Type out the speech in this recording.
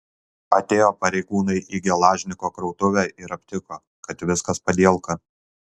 atėjo pareigūnai į gelažniko krautuvę ir aptiko kad viskas padielka